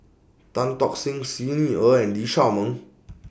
Tan Tock Seng Xi Ni Er and Lee Shao Meng